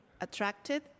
attracted